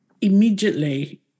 immediately